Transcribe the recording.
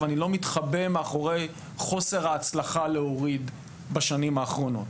ואני לא מתחבא מאחורי חוסר ההצלחה להוריד בשנים האחרונות.